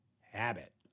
habit